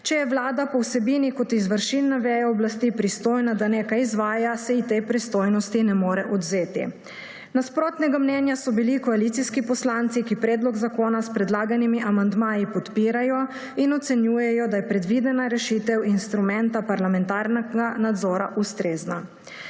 Če je Vlada po vsebini kot izvršilna veja oblasti pristojna, da nekaj izvaja, se ji te pristojnosti ne more odvzeti. Nasprotnega mnenja so bili koalicijski poslanci, ki predlog zakona s predlaganimi amandmaji podpirajo in ocenjujejo, da je predvidena rešitev instrumenta parlamentarnega nadzora ustrezna.